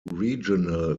regional